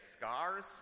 scars